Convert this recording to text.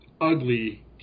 ugly